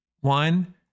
One